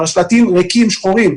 השלטים עומדים ריקים ושחורים.